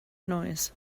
noise